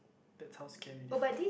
that's how scary they are